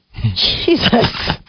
Jesus